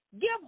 Give